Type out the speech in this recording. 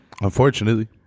Unfortunately